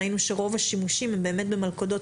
ראינו שרוב השימושים הם באמת במלכודות